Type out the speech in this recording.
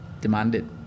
demanded